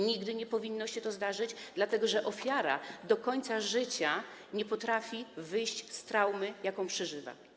Nigdy nie powinno się to zdarzyć, dlatego że ofiara do końca życia nie potrafi wyjść z traumy, jaką przeżywa.